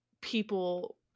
people